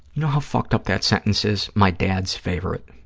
know how fucked up that sentence is, my dad's favorite?